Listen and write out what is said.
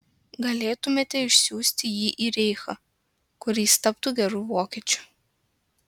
galėtumėte išsiųsti jį į reichą kur jis taptų geru vokiečiu